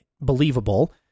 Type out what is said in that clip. believable